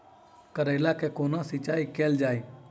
करैला केँ कोना सिचाई कैल जाइ?